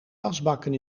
wasbakken